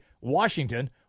Washington